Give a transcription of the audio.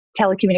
telecommunications